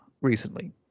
recently